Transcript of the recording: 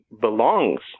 belongs